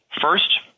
First